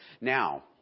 Now